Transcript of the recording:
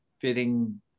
fitting